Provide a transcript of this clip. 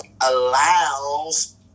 allows